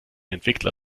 entwickler